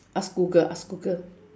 ask google ask google